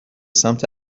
سمت